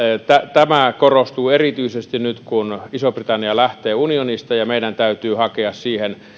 tämä korostuu erityisesti nyt kun iso britannia lähtee unionista ja meidän täytyy hakea siihen